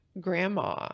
grandma